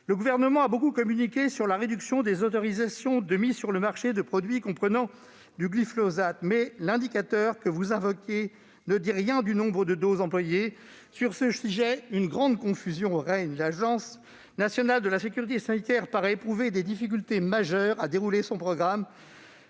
Le Gouvernement a beaucoup communiqué sur la réduction des autorisations de mises sur le marché de produits comprenant du glyphosate. Reste que l'indicateur que vous invoquez ne dit rien du nombre de doses employées. Sur ce sujet, une grande confusion règne. L'Agence nationale de sécurité sanitaire de l'alimentation, de l'environnement